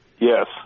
Yes